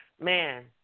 Man